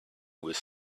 with